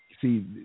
see